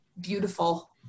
beautiful